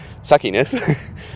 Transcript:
suckiness